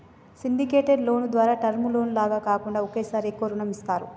syndicated loan ద్వారా term loan లాగా కాకుండా ఒకేసారి ఎక్కువ రుణం ఇస్తారు